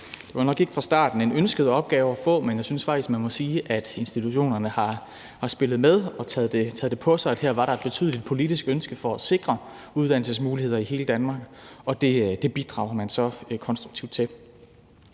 Det var nok ikke fra starten en ønsket opgave at få, men jeg synes faktisk, man må sige, at institutionerne har spillet med og taget det på sig, at der her var et betydeligt politisk ønske om at sikre uddannelsesmuligheder i hele Danmark, og det bidrager man så konstruktivt til.